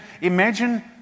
imagine